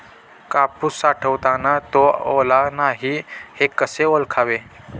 कापूस साठवताना तो ओला नाही हे कसे ओळखावे?